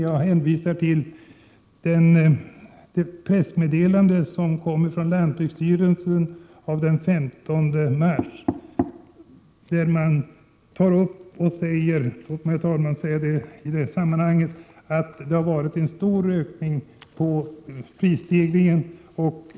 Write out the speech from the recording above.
Jag hänvisar till pressmeddelandet från lantbruksstyrelsen av den 15 mars, där man säger att det har varit en stor ökning av prisstegringstakten.